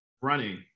Running